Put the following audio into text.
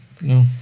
No